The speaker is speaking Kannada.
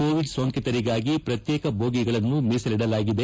ಕೋವಿಡ್ ಸೋಂಕಿತರಿಗಾಗಿ ಪ್ರತ್ನೇಕ ಬೋಗಿಗಳನ್ನು ಮೀಸಲಿಡಲಾಗಿದೆ